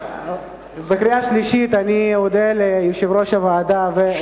בקריאה שלישית אני אודה ליושב-ראש הוועדה ולחברי הכנסת.